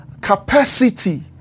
capacity